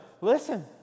listen